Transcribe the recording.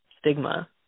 stigma